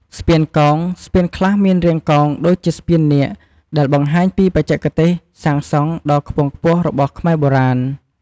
ស្ពានកោង ស្ពានខ្លះមានរាងកោងដូចជាស្ពាននាគ ដែលបង្ហាញពីបច្ចេកទេសសាងសង់ដ៏ខ្ពង់ខ្ពស់របស់ខ្មែរបុរាណ។